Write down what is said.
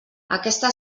aquesta